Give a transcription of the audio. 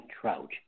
Trout